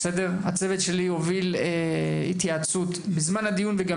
הצוות שלי הוביל התייעצות בזמן הדיון וגם